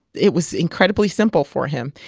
it was incredibly simple for him.